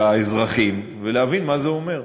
והאזרחים ולהבין מה זה אומר.